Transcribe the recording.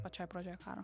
pačioj pradžioj karo